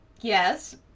Yes